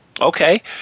Okay